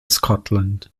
scotland